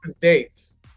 dates